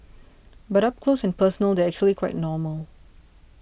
but up close and personal they're actually quite normal